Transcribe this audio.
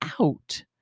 out